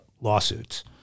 lawsuits